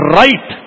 right